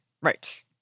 Right